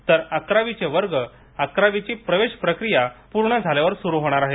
तर अकरावीचे वर्ग अकरावीची प्रवेश प्रक्रिया पूर्ण झाल्यावर सुरु होणार आहेत